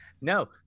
No